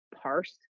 parse